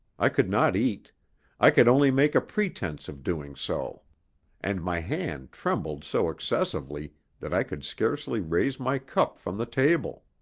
i could not eat i could only make a pretence of doing so and my hand trembled so excessively that i could scarcely raise my cup from the table.